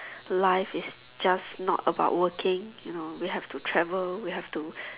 life is just not about working you know we have to travel we have to